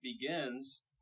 begins